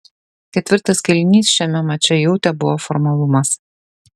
ketvirtas kėlinys šiame mače jau tebuvo formalumas